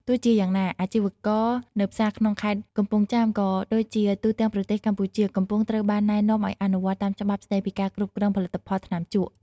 ទោះជាយ៉ាងណា អាជីវករនៅផ្សារក្នុងខេត្តកំពង់ចាម ក៏ដូចជាទូទាំងប្រទេសកម្ពុជា កំពុងត្រូវបានណែនាំឲ្យអនុវត្តតាមច្បាប់ស្ដីពីការគ្រប់គ្រងផលិតផលថ្នាំជក់។